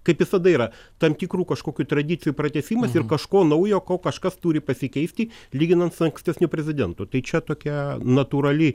kaip visada yra tam tikrų kažkokių tradicijų pratęsimas ir kažko naujo ko kažkas turi pasikeisti lyginant su ankstesniu prezidentu tai čia tokia natūrali